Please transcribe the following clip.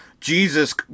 Jesus